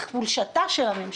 שמעידה על חולשתה של הממשלה.